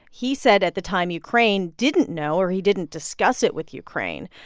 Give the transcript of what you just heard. he said at the time, ukraine didn't know or he didn't discuss it with ukraine.